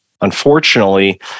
unfortunately